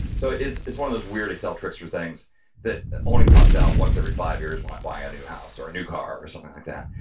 so, it's it's one of those weird excel tricks for things that only pops out once every five years, when i buy a new house or a new car or something like that.